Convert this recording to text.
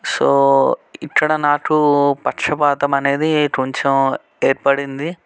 so ఇక్కడ నాకు పక్షపాతం అనేది కొంచెం ఏర్పడింది